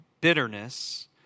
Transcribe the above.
Bitterness